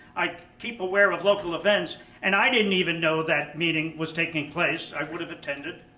i keep aware of local events and i didn't even know that meeting was taking place. i would have attended.